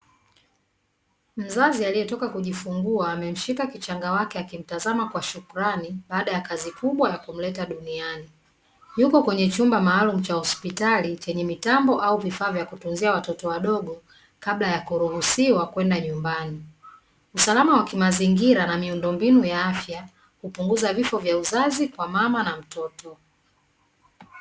Mzazi aliyetoka kujifungua, amemshika kichanga wake akimtazama kwa shukrani, baada ya kazi kubwa ya kumleta duniani. Yuko kwenye chumba maalumu cha hospitali, chenye mitambo au vifaa vya kutunzia watoto wadogo, kabla ya kuruhusiwa kwenda nyumbani. Usalama wa kimazingira na miundombinu ya afya, hupunguza vifo vya uzazi kwa mama na mtoto.